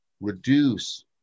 reduce